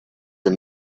and